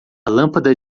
lâmpada